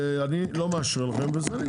אני לא מאשר לכם וזהו,